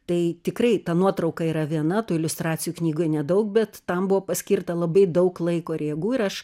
tai tikrai ta nuotrauka yra viena tų iliustracijų knygoj nedaug bet tam buvo paskirta labai daug laiko ir jėgų ir aš